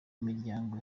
miryango